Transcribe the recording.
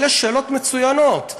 אלו שאלות מצוינות,